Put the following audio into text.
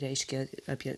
reiškia apie